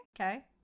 Okay